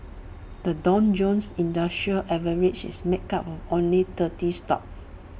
the Dow Jones industrial average is make up of only thirty stocks